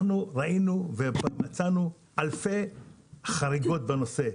אנחנו ראינו ומצאנו אלפי חריגות בנושא.